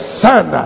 son